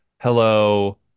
hello